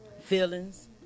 feelings